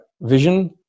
vision